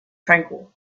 tranquil